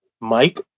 Mike